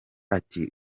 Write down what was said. ati